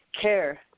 care